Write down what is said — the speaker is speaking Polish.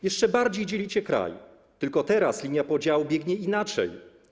Jeszcze bardziej dzielicie kraj, tylko teraz linia podziału biegnie inaczej.